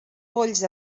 polls